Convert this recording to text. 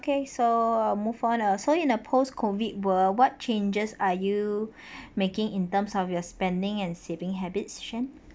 okay so uh move on uh so in a post COVID world what changes are you making in terms of your spending and saving habits shien